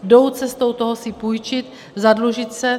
Jdou cestou toho si půjčit, zadlužit se.